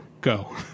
Go